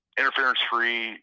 interference-free